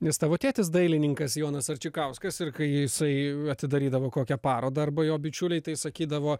nes tavo tėtis dailininkas jonas arčikauskas ir kai jisai atidarydavo kokią parodą arba jo bičiuliai tai sakydavo